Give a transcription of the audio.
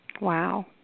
Wow